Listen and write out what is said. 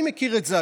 אני מכיר את זה,